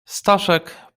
staszek